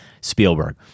Spielberg